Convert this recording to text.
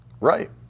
Right